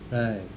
right